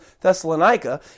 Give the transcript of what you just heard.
Thessalonica